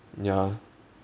ya